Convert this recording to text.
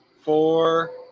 four